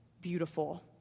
beautiful